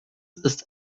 ist